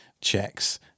checks